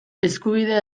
eskubidea